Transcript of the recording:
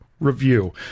review